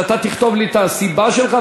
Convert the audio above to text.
תכתוב לי את הסיבה שלך,